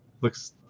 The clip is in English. Looks